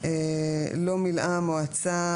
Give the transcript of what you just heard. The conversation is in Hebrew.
(ב)לא מילאו המועצה,